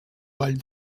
vall